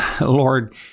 Lord